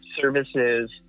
services